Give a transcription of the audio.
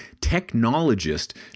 technologist